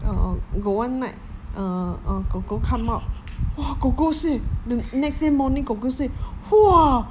ah oh got one night uh uh kor kor come out !wah! kor kor say the next day morning kor kor say !wah!